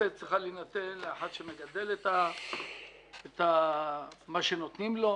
תוספת צריכה להינתן לאחד שמגדל את מה שנותנים לו.